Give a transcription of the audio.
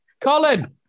Colin